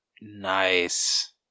nice